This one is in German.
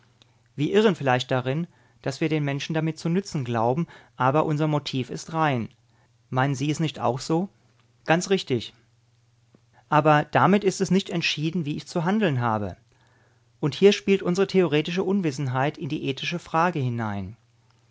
wir irren vielleicht darin daß wir den menschen damit zu nützen glauben aber unser motiv ist rein meinen sie es nicht auch so ganz richtig aber damit ist es nicht entschieden wie ich zu handeln habe und hier spielt unsere theoretische unwissenheit in die ethische frage hinein